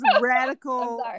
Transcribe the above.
radical